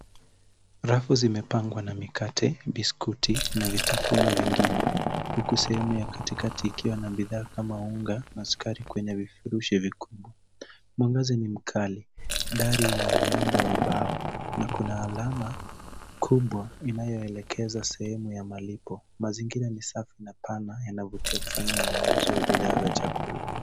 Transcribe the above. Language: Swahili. Rafu zimepangwa na mikate, biskuti na vitafuno zingine huku sehemu ya katikati ikiwa na bidhaa kama unga na sukari kwenye vifurishi vikuu. Mwangaza ni mkali, dari ina muundo wa mbao na kuna alama kubwa inayo elekeza sehemu ya malipo. Mazingira ni safi na pana yanavutia kufanya ununuzi wa bidhaa za chakula.